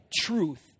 truth